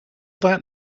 that